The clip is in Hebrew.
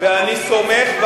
ואני סומך,